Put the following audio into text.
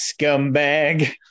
scumbag